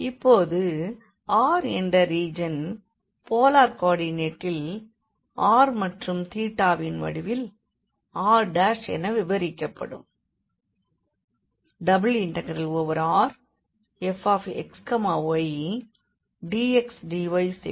இப்போது R என்ற region polar கோ ஆர்டினெட்டில் r மற்றும் வின் வடிவில் R என விவரிக்கப்படும்